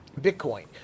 bitcoin